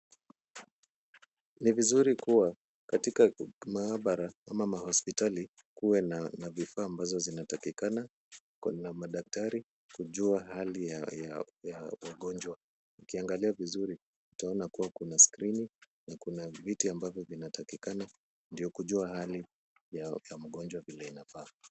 Ni vizuri kuwa katika maabara ama mahospitali kuwe na vifaa ambazo zinatakikana na madaktari kujua hali ya wagonjwa, ukiangalia vizuri utaona kuwa kuna skrini na kuna viti ambavyo vinatakikana ndio kujua hali ya mgonjwa vile inafaa.